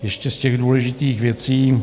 Ještě z těch důležitých věcí.